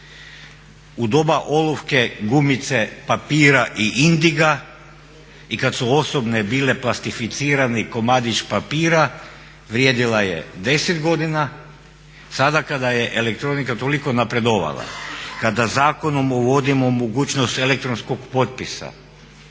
U doba olovke, gumice, papira i indiga i kad su osobne bile plastificirani komadić papira vrijedila je 10 godina, sada kada je elektronika toliko napredovala, kada zakonom uvodimo mogućnost elektronskog potpisa,